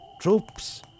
Troops